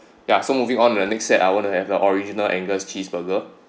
ya so moving on to the next set I want to have the original angus cheeseburger